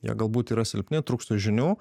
jie galbūt yra silpni trūksta žinių